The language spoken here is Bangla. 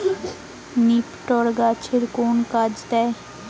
নিপটর গাছের কোন কাজে দেয়?